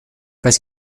parce